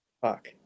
Fuck